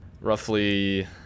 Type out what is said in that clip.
roughly